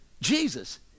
Jesus